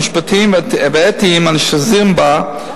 המשפטיים והאתיים הנשזרים בה,